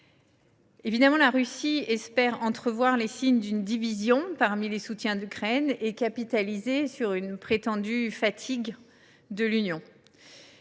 européen. La Russie espère entrevoir les signes d’une division parmi les soutiens de l’Ukraine et capitaliser sur une prétendue fatigue de l’Union.